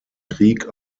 krieg